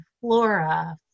flora